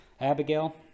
Abigail